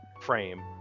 frame